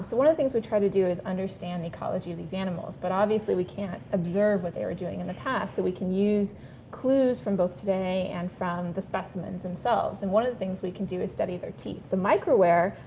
so one of the things we try to do is understand the ecology of these animals but obviously we can't observe what they were doing in the past. so but we can use clues from both today and from the specimens themselves and one of the things we can do is study their teeth. the micro-wear,